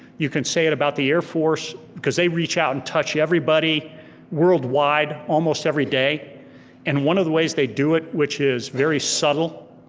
you could say it about the air force cause they reach out and touch everybody worldwide almost every day and one of the ways they do it, which is very subtle,